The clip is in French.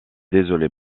désolée